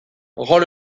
rends